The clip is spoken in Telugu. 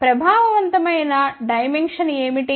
కాబట్టి ప్రభావవంతమైన డైమెన్క్షన్ ఏమిటి